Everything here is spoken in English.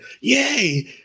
Yay